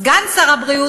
סגן שר הבריאות,